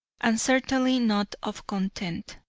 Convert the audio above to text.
and certainly not of content.